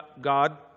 God